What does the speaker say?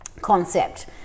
concept